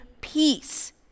peace